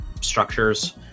structures